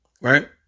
Right